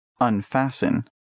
unfasten